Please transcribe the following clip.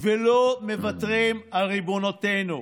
ולא מוותרים על ריבונותנו,